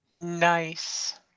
Nice